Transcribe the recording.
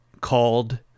called